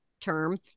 term